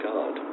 God